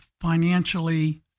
financially